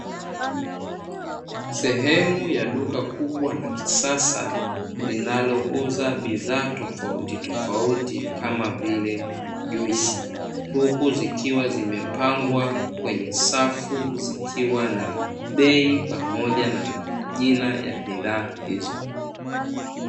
Sehemu ya duka kubwa la kisasa linalouza bidhaa tofauti tofauti kama vile juisi, huku zikiwa zimepangwa kwenye safu zikiwa na bei pamoja na majina ya bidhaa hizo.